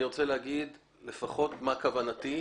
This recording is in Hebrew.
אני רוצה לומר לפחות מה כוונתי.